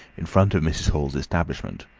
in front of mrs. hall's establishment.